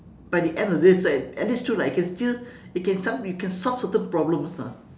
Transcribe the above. by the end of the day it's like at least true lah you can still you can some you can solve certain problems ah